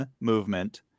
movement